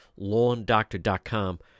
LawnDoctor.com